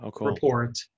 report